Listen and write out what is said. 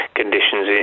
conditions